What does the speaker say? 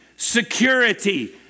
Security